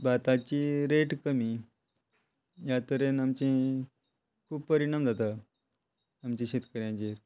भाताची रेट कमी ह्या तरेन आमचे खूब परिणाम जाता आमच्या शेतकऱ्यांचेर